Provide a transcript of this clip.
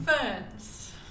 Ferns